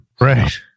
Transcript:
Right